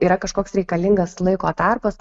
yra kažkoks reikalingas laiko tarpas